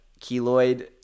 keloid